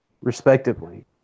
respectively